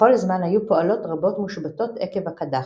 בכל זמן, היו פועלות רבות מושבתות עקב הקדחת.